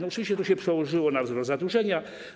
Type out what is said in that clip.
Oczywiście to się przełożyło na wzrost zadłużenia.